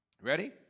Ready